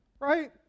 right